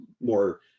more